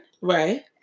Right